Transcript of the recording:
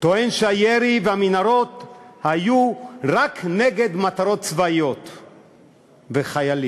וטוען שהירי והמנהרות היו רק נגד מטרות צבאיות וחיילים.